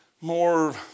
more